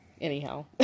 Anyhow